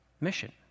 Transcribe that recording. mission